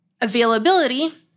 Availability